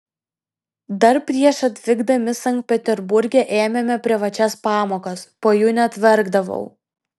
dar prieš atvykdami sankt peterburge ėmėme privačias pamokas po jų net verkdavau